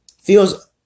feels